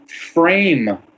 frame